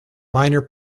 minor